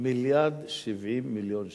מיליארד ו-70 מיליון שקל.